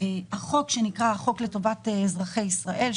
החוק שנקרא החוק לטובת אזרחי ישראל,